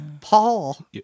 Paul